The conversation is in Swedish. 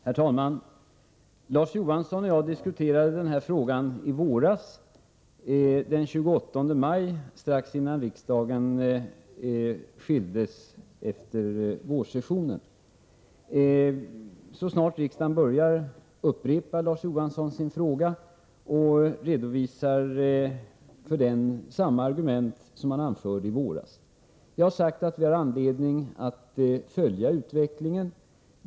Herr talman! Larz Johansson och jag diskuterade denna fråga den 28 maj, strax innan riksdagen åtskildes efter vårsessionen. Så snart riksdagen börjat i höst upprepar Larz Johansson sin fråga och redovisar samma argument som han anförde i våras. Jag har sagt att vi har anledning att följa utvecklingen.